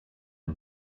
and